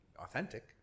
authentic